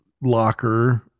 locker